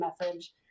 message